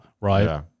right